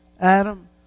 Adam